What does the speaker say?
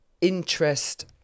interest